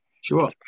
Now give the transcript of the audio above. Sure